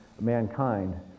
mankind